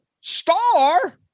star